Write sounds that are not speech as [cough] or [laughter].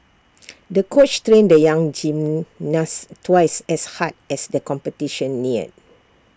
[noise] the coach trained the young gymnast twice as hard as the competition neared